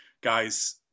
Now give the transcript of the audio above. guys